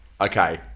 Okay